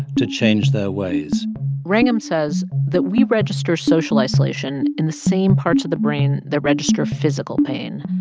to change their ways wrangham says that we register social isolation in the same parts of the brain that register physical pain.